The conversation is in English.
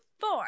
four